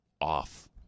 off